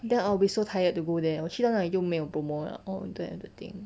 then I'll be so tired to go there 我去到哪里就没有 promo 了 all that everything